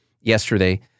yesterday